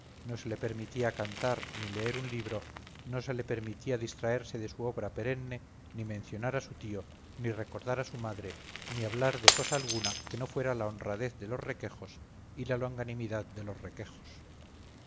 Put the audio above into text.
no se le permitía cantar ni leer un libro no se le permitía distraerse de su obra perenne ni mencionar a su tío ni recordar a su madre ni hablar de cosa alguna que no fuera la honradez de los requejos y la longanimidad de los requejos